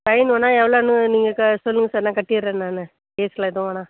fine வேணாம் எவ்வளோன்னு நீங்கள் க சொல்லுங்கள் சார் நான் கட்டிடுறேன் நான் கேஸெல்லாம் எதுவும் வேணாம்